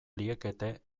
liekete